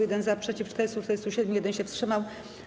1 - za, przeciw - 447, 1 się wstrzymał.